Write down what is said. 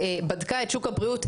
ובדקה את שוק הבריאות,